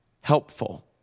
helpful